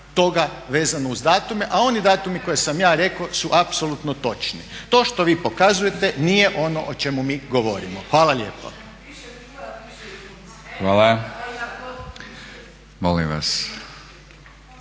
toga vezano uz datume, a oni datumi koje sam ja rekao su apsolutno točni. To što vi pokazujete nije ono o čemu mi govorimo. Hvala lijepo. **Batinić,